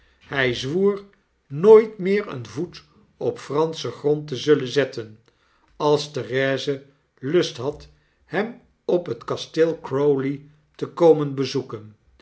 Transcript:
hjj zwoer nooit meer een voet op franschen grond te zullen zetten als therese lust had hem op het kasteel crowley te komen bezoeken